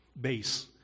base